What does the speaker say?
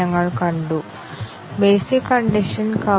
അതിനാൽ നമുക്ക് white box testing നോക്കാം